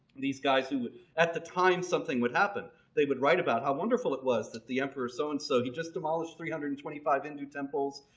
these guys who would at the time something would happen, they would write about how wonderful it was that the emperor so-and-so he'd just demolished three hundred and twenty five hindu temples.